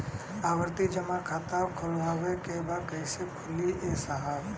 आवर्ती जमा खाता खोलवावे के बा कईसे खुली ए साहब?